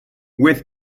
with